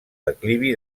declivi